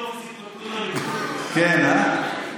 כן, אה.